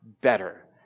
better